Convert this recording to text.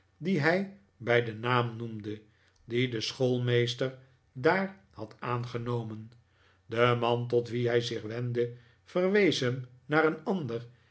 dien hij bij den naam noemde dien de schoolmeester daar had aangenomen de man tot wien hij zich wendde verwees hem naar een ander